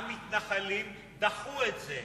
המתנחלים דחו את זה,